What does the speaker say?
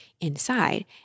inside